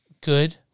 good